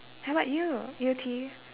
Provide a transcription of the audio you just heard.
how about you yew tee